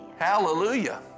Hallelujah